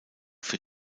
für